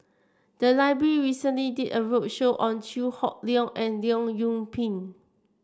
the library recently did a roadshow on Chew Hock Leong and Leong Yoon Pin